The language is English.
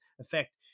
effect